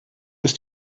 ist